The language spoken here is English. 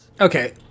Okay